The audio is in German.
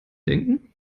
denken